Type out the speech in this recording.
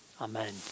Amen